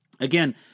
Again